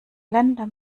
länder